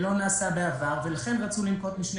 שלא נעשה בעבר ולכן רצו לנקוט משנה